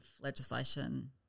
legislation